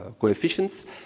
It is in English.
coefficients